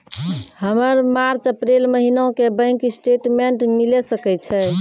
हमर March April महीना के बैंक स्टेटमेंट मिले सकय छै?